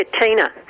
Tina